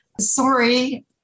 Sorry